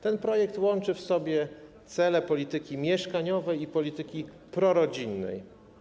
Ten projekt łączy w sobie cele polityki mieszkaniowej i polityki prorodzinnej.